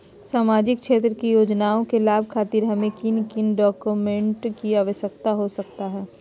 सामाजिक क्षेत्र की योजनाओं के लाभ खातिर हमें किन किन डॉक्यूमेंट की आवश्यकता हो सकता है?